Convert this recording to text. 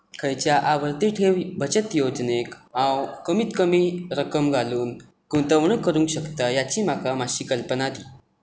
खंयच्या आवृती ठेव बचत येवजणेक हांव कमीत कमी रक्कम घालून गुंतवणूक करूंक शकता हाची म्हाका मातशी कल्पना दी